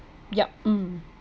yup mm